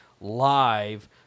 live